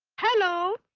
hello!